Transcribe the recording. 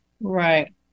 Right